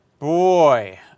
Boy